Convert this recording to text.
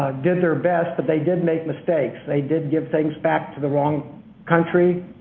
did their best, but they did make mistakes. they did give things back to the wrong country.